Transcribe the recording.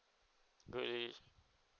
great